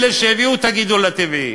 אלה שהביאו את הגידול הטבעי,